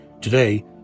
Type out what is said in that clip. Today